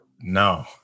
no